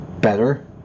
better